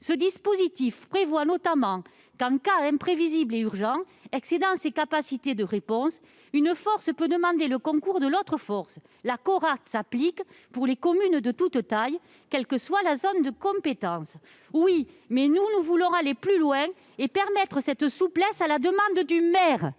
Ce dispositif prévoit notamment que, dans un cas imprévisible et urgent excédant ses capacités de réponse, une force peut demander le concours de l'autre force. La Corat s'applique pour les communes de toutes tailles, quelle que soit la zone de compétence. Mais nous voulons aller plus loin et prévoir un élément de souplesse si le maire en fait